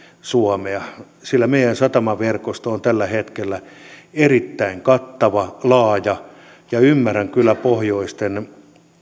suomea sillä meidän satamaverkostomme on tällä hetkellä erittäin kattava laaja ymmärrän kyllä pohjoisten